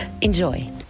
Enjoy